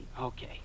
Okay